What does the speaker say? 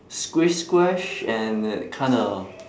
squish squash and it kinda